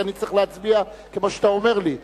כי אני צריך להצביע כמו שאתה אומר לי.